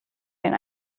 den